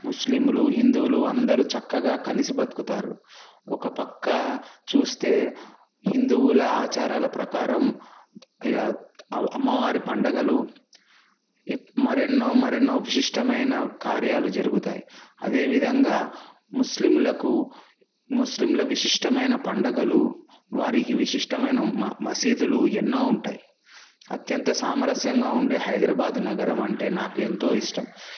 ముస్లింలు హిందువులు అందరూ చక్కగా కలిసి బతుకుతారు ఒకపక్క చూస్తే హిందువుల ఆచారాల ప్రకారం అమ్మవారి పండగలు మరెన్నో మరెన్నో విశిష్టమైన కార్యాలు జరుగుతాయి అదే విధంగా ముస్లింలకు ముస్లింల విశిష్టమైన పండగలు వారికి విశిష్టమైన మసీదులు ఎన్నో ఉంటాయి అత్యంత సామరస్యంగా ఉండే హైదరాబాద్ నగరం అంటే నాకు ఎంతో ఇష్టం